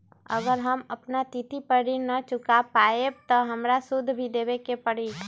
अगर हम अपना तिथि पर ऋण न चुका पायेबे त हमरा सूद भी देबे के परि?